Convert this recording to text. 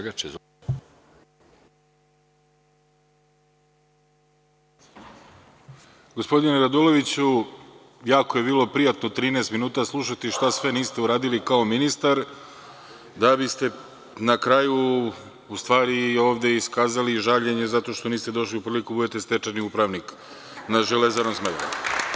Gospodine Raduloviću, jako je bilo prijatno 13 minuta slušati šta sve niste uradili kao ministar, da biste na kraju ovde iskazali žaljenje što niste došli u priliku da budete stečajni upravnik nad „Železarom“ Smederevo.